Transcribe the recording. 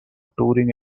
touring